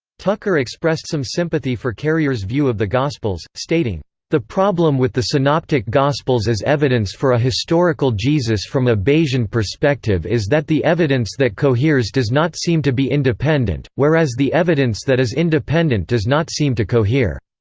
tucker expressed some sympathy for carrier's view of the gospels, stating the problem with the synoptic gospels as evidence for a historical jesus from a bayesian perspective is that the evidence that coheres does not seem to be independent, whereas the evidence that is independent does not seem to cohere.